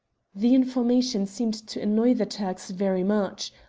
the information seemed to annoy the turks very much.